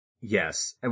Yes